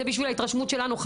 זה בשביל התרשמות שלנו.